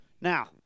Now